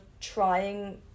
trying